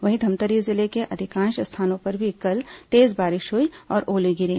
वहीं धमतरी जिले के अधिकांश स्थानों पर भी कल तेज बारिश हुई और ओले गिरे